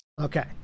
Okay